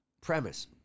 premise